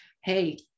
hey